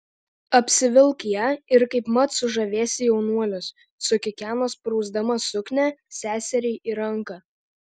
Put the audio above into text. apsivilk ją ir kaipmat sužavėsi jaunuolius sukikeno sprausdama suknią seseriai į ranką